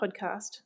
podcast